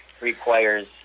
requires